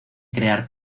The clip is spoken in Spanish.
crear